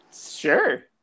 Sure